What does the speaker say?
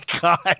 God